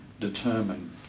determine